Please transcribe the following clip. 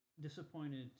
disappointed